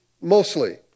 mostly